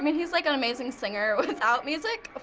i mean he's like an amazing singer without music. ah